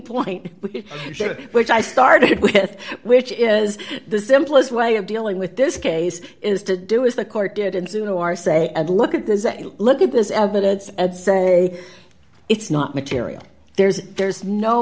point which i started with which is the simplest way of dealing with this case is to do is the court did in zero are say look at this a look at this evidence and say it's not material there's there's no